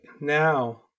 now